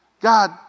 God